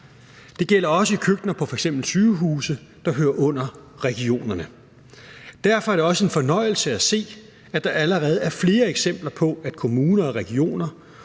Det gælder også i køkkener på f.eks. sygehuse, der hører under regionerne. Derfor er det også en fornøjelse at se, at der allerede er flere eksempler på, at man i kommuner og regioner